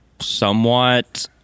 somewhat